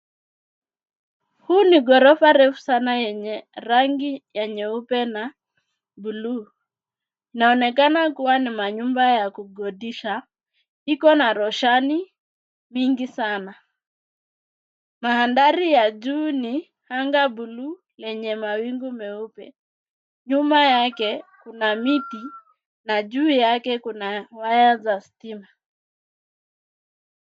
Huu ni ghorofa refu sana enye rangi ya nyeupe na bluu, inaonekana kuwa ni manyumba ya kukondisha, iko na roshani mingi sana. Maandhari ya juu ni angaa bluu lenye mawingu meupe. Nyuma yake kuna miti na juu yake kuna waya za stima.